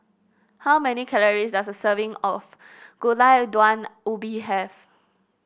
how many calories does a serving of Gulai Daun Ubi have